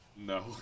No